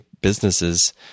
businesses